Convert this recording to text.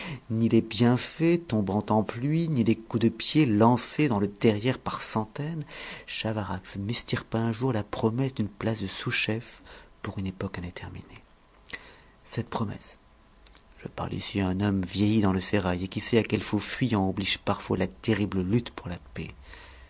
ni les bienfaits tombant en pluie ni les coups de pied lancés dans le derrière par centaines chavarax m'extirpa un jour la promesse d'une place de sous-chef pour une époque indéterminée cette promesse je parle ici à un homme vieilli dans le sérail et qui sait à quels faux fuyants oblige parfois la terrible lutte pour la paix